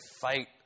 fight